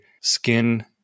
skin